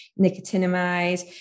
nicotinamide